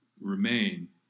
remain